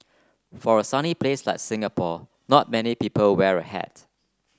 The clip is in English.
for a sunny place like Singapore not many people wear a hat